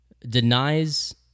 denies